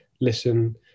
listen